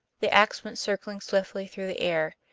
the ax went circling swiftly through the air,